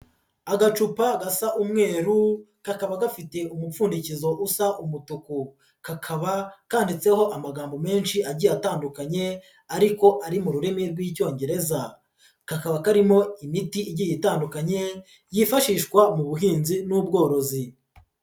Agacupa gasa umweru, kakaba gafite umupfundizo wa usa umutuku. Kakaba kanditseho amagambo menshi agiye atandukanye ariko ari mu rurimi rw'Icyongereza, kakaba karimo imiti igiye itandukanye, yifashishwa mu buhinzi n'ubworozi.